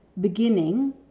beginning